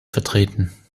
vertreten